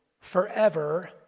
forever